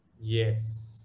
Yes